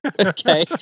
Okay